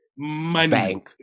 money